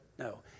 No